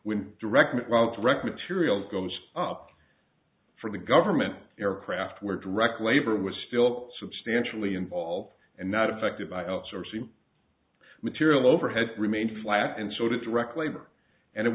when direct well direct materials goes up for the government aircraft where direct labor was still substantially involved and not affected by outsourcing material overhead remained flat and so did direct labor and it